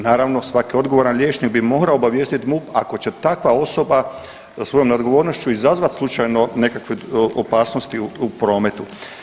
Naravno svaki odgovoran liječnik bi morao obavijesti MUP ako će takva osoba sa svojom neodgovornošću izazvat slučajno nekakve opasnosti u prometu.